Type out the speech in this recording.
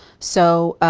so,